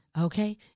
Okay